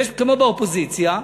כמו באופוזיציה,